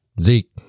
Zeke